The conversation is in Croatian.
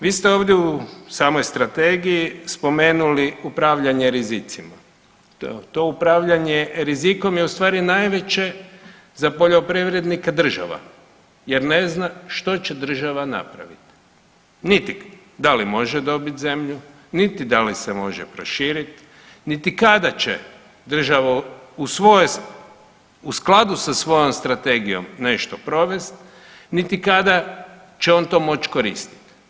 Vi ste ovdje u samoj strategiji spomenuli upravljanje rizicima, to upravljanje rizikom je u stvari najveće za poljoprivrednike država jer ne zna što će država napraviti, niti da li može dobit zemlju, niti da li se može proširit, niti kada će država u svojoj, u skladu sa svojom strategijom nešto provest, niti kada će on to moć koristit.